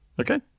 Okay